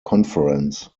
conference